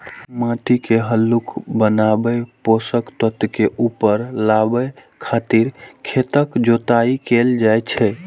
माटि के हल्लुक बनाबै, पोषक तत्व के ऊपर लाबै खातिर खेतक जोताइ कैल जाइ छै